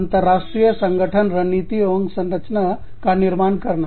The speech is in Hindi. अंतरराष्ट्रीय संगठन रणनीति एवं संरचना का निर्माण करना